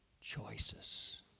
choices